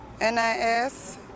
NIS